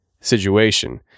situation